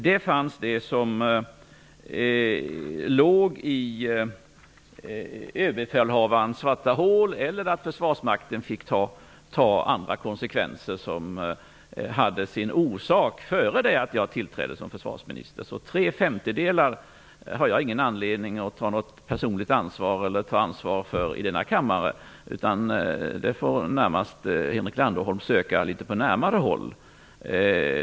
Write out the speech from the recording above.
De bestod av Överbefälhavarens svarta hål eller av sådant som hade uppstått innan jag tillträdde som försvarsminister. Jag har inte någon anledning att ta något personligt ansvar för dessa tre femtedelar. Det ansvaret får Henrik Landerholm söka på litet närmare håll.